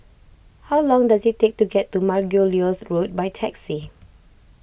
how long does it take to get to Margoliouth Road by taxi